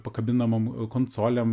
pakabinamom konsolėm